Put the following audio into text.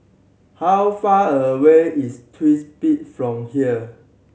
how far away is Twins Peak from here